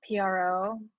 PRO